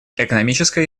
экономическая